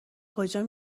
کجا